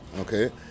okay